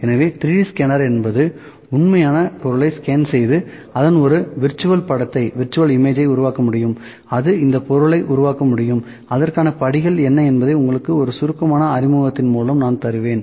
எனவே 3D scanner என்பது உண்மையான பொருளை ஸ்கேன் செய்து அதன் ஒரு விர்ச்சுவல் படத்தை உருவாக்க முடியும் அது இந்த பொருளை உருவாக்க முடியும் அதற்கான படிகள் என்ன என்பதை உங்களுக்கு ஒரு சுருக்கமான அறிமுகத்தின் மூலம் நான் தருவேன்